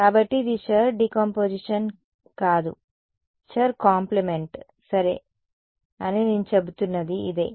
కాబట్టి ఇది Schur decomposition కాదు షుర్ కాంప్లిమెంట్ సరే అని నేను చెబుతున్నది ఇదే